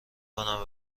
کنم